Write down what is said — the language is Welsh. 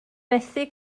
methu